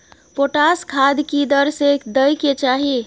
Potash खाद की दर से दै के चाही?